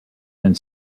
and